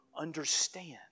understand